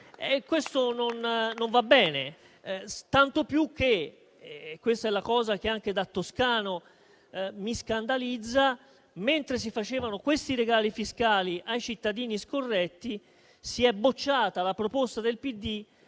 Questo non va bene, tanto più che - è la cosa che anche da toscano mi scandalizza - mentre si facevano questi regali fiscali ai cittadini scorretti, si è bocciata la proposta del PD